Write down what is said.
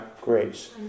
grace